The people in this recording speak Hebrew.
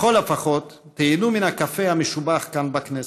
לכל הפחות תיהנו מן הקפה המשובח כאן, בכנסת.